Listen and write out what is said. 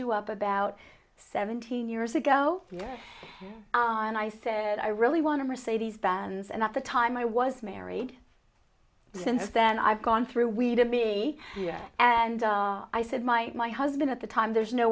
you up about seventeen years ago and i said i really want to mercedes benz and at the time i was married since then i've gone through we to me and i said my my husband at the time there's no